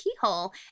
keyhole